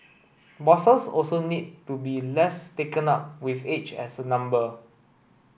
bosses also need to be less taken up with age as a number